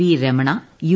V Ramana U